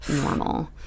normal